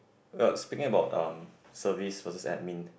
well speaking about um service versus admin